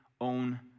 own